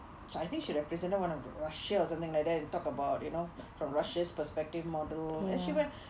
I think she represented one of the russia or something like that you talk about you know from russia's perspective model then she went